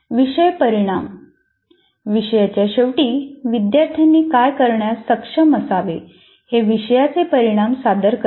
विषय परिणाम विषयाच्या शेवटी विद्यार्थ्यांनी काय करण्यास सक्षम असावे हे विषयाचे परिणाम सादर करतात